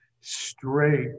straight